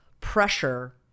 pressure